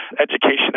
education